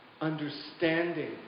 understanding